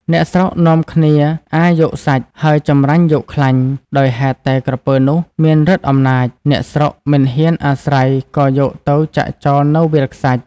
អ្នកស្រុកនាំគ្នាអារយកសាច់ ហើយចម្រាញ់យកខ្លាញ់ ដោយហេតុតែក្រពើនោះ មានឫទ្ធិអំណាច អ្នកស្រុកមិនហ៊ានអាស្រ័យក៏យកទៅចាក់ចោលនៅវាលខ្សាច់ ។